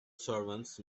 servants